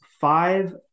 five